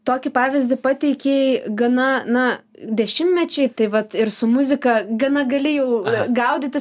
tokį pavyzdį pateikei gana na dešimtmečiai tai vat ir su muzika gana gali jau gaudyti